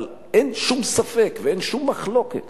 אבל אין שום ספק ואין שום מחלוקת